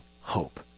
hope